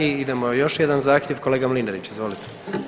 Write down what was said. I idemo, još jedan zahtjev, kolega Mlinarić, izvolite.